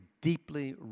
deeply